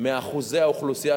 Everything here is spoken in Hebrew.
מאחוזי האוכלוסייה,